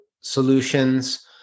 solutions